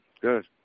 good